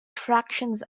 fractions